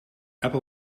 apple